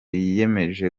yiyemeje